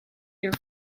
your